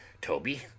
toby